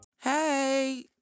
Hey